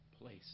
place